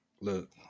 look